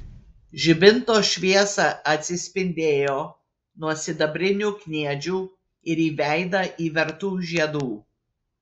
žibinto šviesa atsispindėjo nuo sidabrinių kniedžių ir į veidą įvertų žiedų